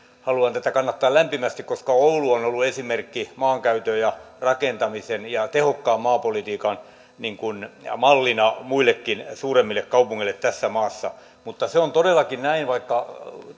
haluan tätä kannattaa lämpimästi koska oulu on on ollut esimerkkinä maankäytön ja rakentamisen ja tehokkaan maapolitiikan mallina muillekin suuremmille kaupungeille tässä maassa mutta se on todellakin näin että vaikka